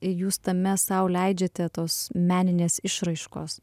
jūs tame sau leidžiate tos meninės išraiškos